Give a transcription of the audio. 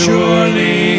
Surely